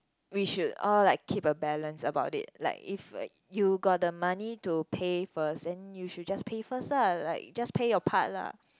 we should all like keep a balance about it like if you got the money to pay first and you should just pay first ah like just pay your part lah